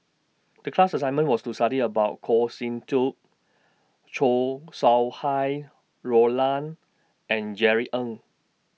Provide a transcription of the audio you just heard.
The class assignment was to study about Goh Sin Tub Chow Sau Hai Roland and Jerry Ng